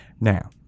Now